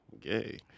gay